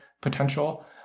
potential